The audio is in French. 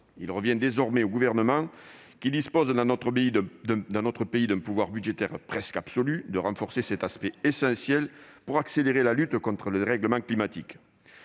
Il revient désormais au Gouvernement, qui dispose dans notre pays d'un pouvoir budgétaire presque absolu, de renforcer cet aspect essentiel, pour accélérer la lutte contre le dérèglement climatique.